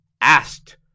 asked